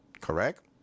correct